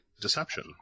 deception